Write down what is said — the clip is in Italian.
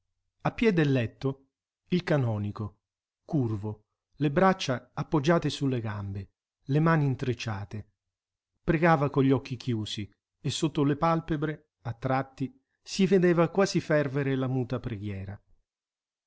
piè del letto il canonico curvo le braccia appoggiate sulle gambe le mani intrecciate pregava con gli occhi chiusi e sotto le palpebre a tratti si vedeva quasi fervere la muta preghiera